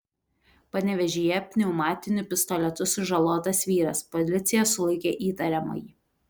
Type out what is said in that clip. panevėžyje pneumatiniu pistoletu sužalotas vyras policija sulaikė įtariamąjį